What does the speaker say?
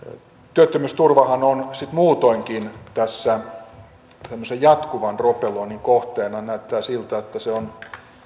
työttömyysturvahan on sitten muutoinkin tämmöisen jatkuvan ropeloinnin kohteena näyttää siltä että se on